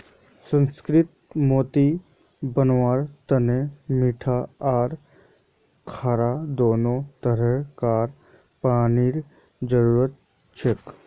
सुसंस्कृत मोती बनव्वार तने मीठा आर खारा दोनों तरह कार पानीर जरुरत हछेक